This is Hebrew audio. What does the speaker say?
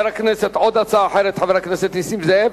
עוד הצעה אחרת, חבר הכנסת נסים זאב.